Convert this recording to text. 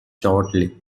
shortly